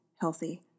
healthy